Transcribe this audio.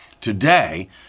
Today